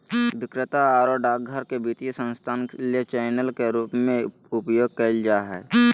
विक्रेता आरो डाकघर के वित्तीय संस्थान ले चैनल के रूप में उपयोग कइल जा हइ